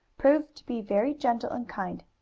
proved to be very gentle and kind.